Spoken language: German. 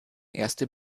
erste